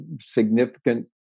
significant